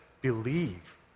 believe